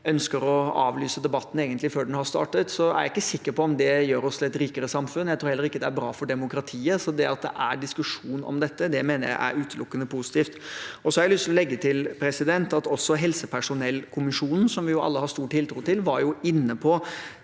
ønsker å avlyse debatten før den har startet – er jeg ikke sikker på om det gjør oss til et rikere samfunn. Jeg tror heller ikke det er bra for demokratiet, så at det er diskusjon om dette, mener jeg er utelukkende positivt. Jeg har lyst til å legge til at også helsepersonellkommisjonen, som alle har stor tiltro til, var inne på